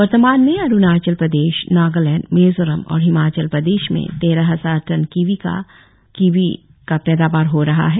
वर्तमान में अरुणाचल प्रदेश नागालैंड मिजोरम और हिमाचल प्रदेश में तेरह हजार टन कीवी का उद्घाटन हो रहा है